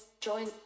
join